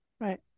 Right